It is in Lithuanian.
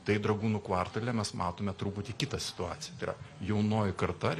tai dragūnų kvartale mes matome truputį kitą situaciją tai yra jaunoji karta